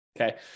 okay